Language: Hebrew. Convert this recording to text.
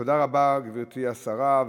תודה רבה, גברתי השרה.